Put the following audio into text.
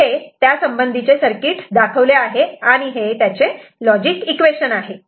इथे त्यासंबंधीचे सर्किट दाखवले आहे आणि हे लॉजिक इक्वेशन आहेत